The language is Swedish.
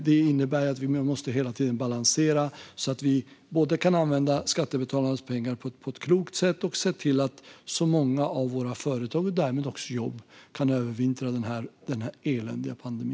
Vi måste hela tiden balansera, så att vi kan använda skattebetalarnas pengar på ett klokt sätt och också se till att så många som möjligt av våra företag och jobb kan övervintra denna eländiga pandemi.